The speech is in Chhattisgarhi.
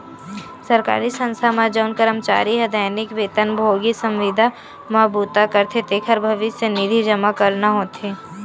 सरकारी संस्था म जउन करमचारी ह दैनिक बेतन भोगी, संविदा म बूता करथे तेखर भविस्य निधि जमा करना होथे